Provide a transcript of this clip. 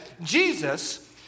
Jesus